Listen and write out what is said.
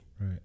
Right